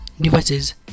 devices